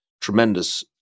tremendous